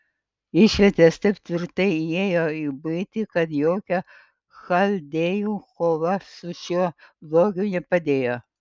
išvietės taip tvirtai įėjo į buitį kad jokia chaldėjų kova su šiuo blogiu nepadėjo